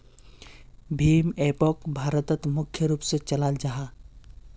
भीम एपोक भारतोत मुख्य रूप से चलाल जाहा